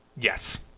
Yes